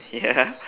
ya